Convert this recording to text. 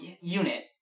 unit